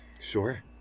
Sure